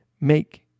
make